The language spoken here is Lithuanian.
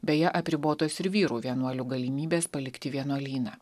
beje apribotos ir vyrų vienuolių galimybės palikti vienuolyną